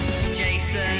Jason